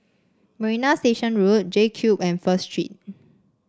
Marina Station Road J Cube and First Street